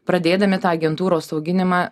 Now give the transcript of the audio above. pradėdami tą agentūros auginimą